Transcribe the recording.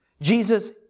Jesus